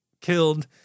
killed